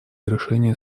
разрешения